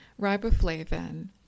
riboflavin